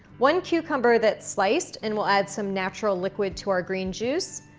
one cucumber that sliced and we'll add some natural liquid to our green juice,